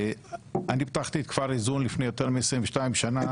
אני פתחתי את כפר איזון לפני יותר מ-22 שנים,